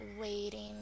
waiting